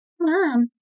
Mom